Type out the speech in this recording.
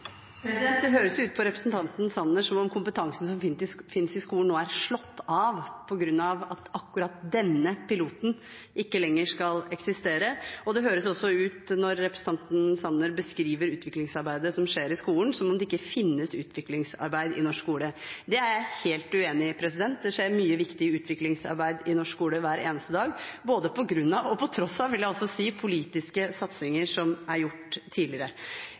Det høres ut på representanten Sanner som om kompetansen som finnes i skolen, nå er slått av på grunn av at akkurat denne piloten ikke lenger skal eksistere. Det høres også ut som, når representanten Sanner beskriver utviklingsarbeidet som skjer i skolen, at det ikke finnes utviklingsarbeid i norsk skole. Det er jeg helt uenig i – det skjer mye viktig utviklingsarbeid i norsk skole hver eneste dag, både på grunn av og på tross av politiske satsinger som er gjort tidligere.